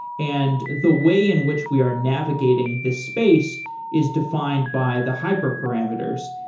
and the way in which we are navigating this space is defined by the hyperparameters.